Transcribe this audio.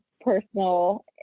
personal